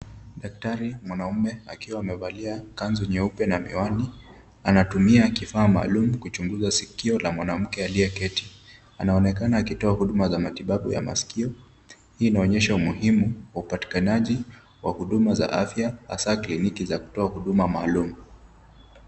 Daktari mwanaume akiwa amevalia kanzu nyeupe na miwani, anatumia kifaa maalum kuchunguza sikio la mwanamke aliyeketi. Anaonekana akitoa huduma za matibabu ya masikio. Hii inaonyesha umuhimu wa upatikanaji wa huduma za afya hasa kliniki za kutoa huduma maalum.